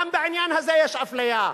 גם בעניין הזה יש אפליה.